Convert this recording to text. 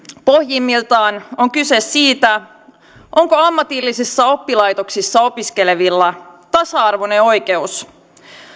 pohjimmiltaan on kyse siitä onko ammatillisissa oppilaitoksissa opiskelevilla tasa arvoinen oikeus